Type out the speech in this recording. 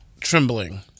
Trembling